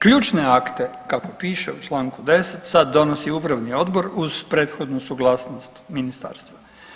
Ključne akte kako piše u članku 10. sad donosi upravni odbor uz prethodnu suglasnost ministarstva.